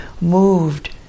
moved